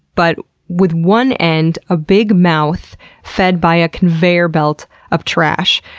but with one end, a big mouth fed by a conveyor belt of trash.